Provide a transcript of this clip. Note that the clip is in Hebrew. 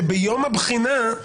שהוא בעיניי